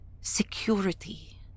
security